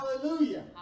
hallelujah